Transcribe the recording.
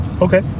okay